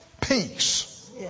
peace